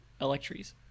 Electries